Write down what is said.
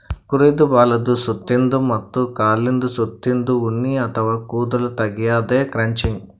ಕುರಿದ್ ಬಾಲದ್ ಸುತ್ತಿನ್ದ ಮತ್ತ್ ಕಾಲಿಂದ್ ಸುತ್ತಿನ್ದ ಉಣ್ಣಿ ಅಥವಾ ಕೂದಲ್ ತೆಗ್ಯದೆ ಕ್ರಚಿಂಗ್